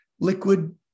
liquid